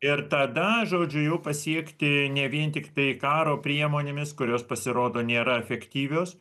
ir tada žodžiu jau pasiekti ne vien tiktai karo priemonėmis kurios pasirodo nėra efektyvios